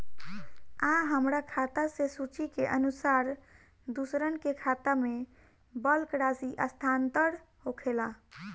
आ हमरा खाता से सूची के अनुसार दूसरन के खाता में बल्क राशि स्थानान्तर होखेला?